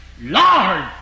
Lord